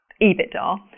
EBITDA